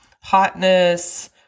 hotness